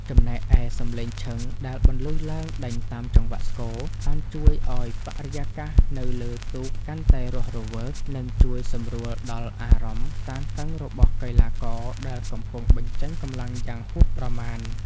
ចំណែកឯសំឡេងឈឹងដែលបន្លឺឡើងដេញតាមចង្វាក់ស្គរ បានជួយឱ្យបរិយាកាសនៅលើទូកកាន់តែរស់រវើក និងជួយសម្រួលដល់អារម្មណ៍តានតឹងរបស់កីឡាករដែលកំពុងបញ្ចេញកម្លាំងយ៉ាងហួសប្រមាណ។